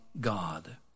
God